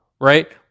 right